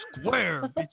Square